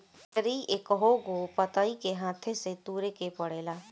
एकरी एकहगो पतइ के हाथे से तुरे के पड़ेला